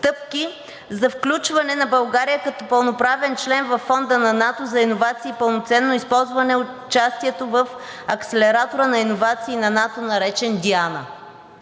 стъпки за включване на България като пълноправен член във Фонда на НАТО за иновации и пълноценно използване участието в акселератора на иновации на НАТО, неречен „Диана“.